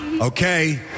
Okay